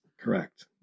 Correct